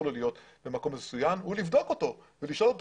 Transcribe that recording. לו להיות במקום מסוים לבדוק אותו ולשאול אותו